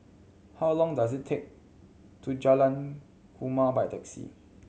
how long does it take to Jalan Kumia by taxi